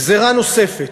גזירה נוספת,